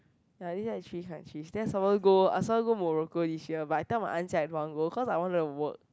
ya this year I change countries then some more go some more go Morocco but I tell my aunt I don't want to go cause I want to work